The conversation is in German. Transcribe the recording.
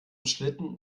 schlitten